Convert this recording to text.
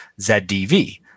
ZDV